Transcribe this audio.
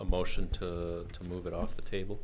a motion to to move it off the table